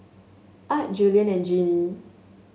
Art Julien and Joanie